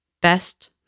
Best